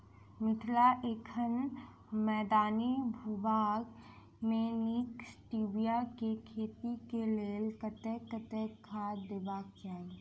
मिथिला एखन मैदानी भूभाग मे नीक स्टीबिया केँ खेती केँ लेल कतेक कतेक खाद देबाक चाहि?